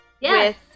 Yes